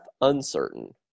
uncertain